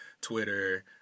Twitter